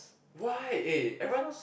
why eh everyone